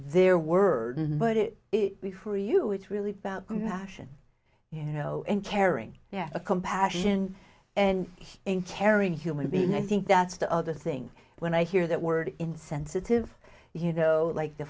their word but it is for you it's really about compassion you know and caring yeah compassion and in caring human being i think that's the other thing when i hear that word insensitive you know like the